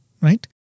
right